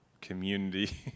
community